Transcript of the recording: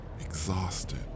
Exhausted